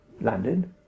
landed